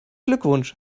glückwunsch